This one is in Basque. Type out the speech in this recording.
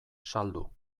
saldu